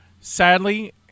Sadly